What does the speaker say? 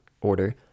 order